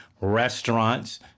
restaurants